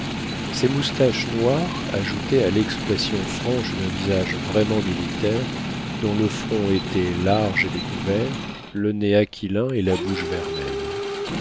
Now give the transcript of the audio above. ses moustaches noires ajoutaient à l'expression franche d'un visage vraiment militaire dont le front était large et découvert le nez aquilin et la bouche vermeille